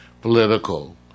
political